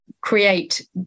create